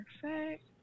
Perfect